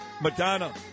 Madonna